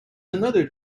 another